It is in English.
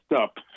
up